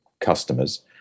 customers